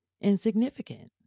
insignificant